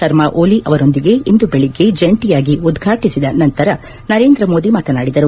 ಶರ್ಮಾಓಲಿ ಅವರೊಂದಿಗೆ ಇಂದು ಬೆಳಗ್ಗೆ ಜಂಟಿಯಾಗಿ ಉದ್ವಾಟಿಸಿದ ನಂತರ ನರೇಂದ್ರಮೋದಿ ಮಾತನಾಡಿದರು